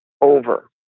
over